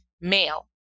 male